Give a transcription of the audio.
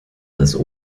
als